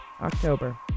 october